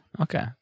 Okay